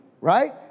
right